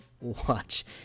watch